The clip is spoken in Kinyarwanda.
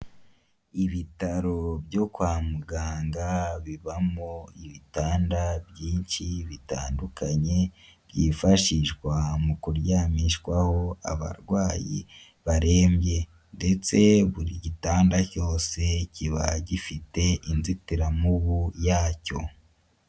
Ibitaro byo kwa muganga bibamo ibitanda byinshi bitandukanye byifashishwa mu kuryamishwaho abarwayi barembye, ndetse buri gitanda cyose kiba gifite inzitiramubu yacyo.